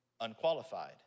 unqualified